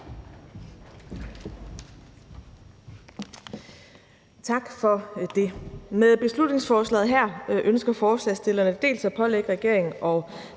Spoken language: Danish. Tak for det. Med beslutningsforslaget her ønsker forslagsstillerne dels at pålægge regeringen at